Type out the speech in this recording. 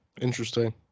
Interesting